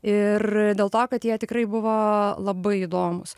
ir dėl to kad jie tikrai buvo labai įdomūs